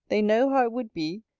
they know how it would be,